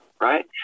right